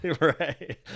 Right